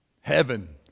heaven